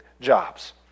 jobs